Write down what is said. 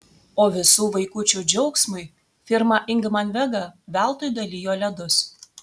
o visų vaikučių džiaugsmui firma ingman vega veltui dalijo ledus